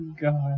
God